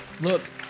Look